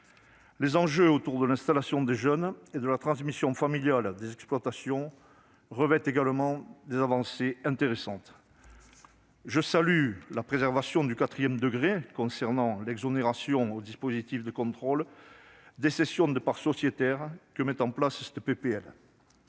Les enjeux liés à l'installation des jeunes et à la transmission familiale des exploitations connaissent également des avancées intéressantes. Je salue la préservation du quatrième degré concernant l'exonération au dispositif de contrôle des cessions de parts sociétaires que met en place cette